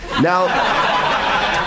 Now